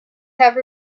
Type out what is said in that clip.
have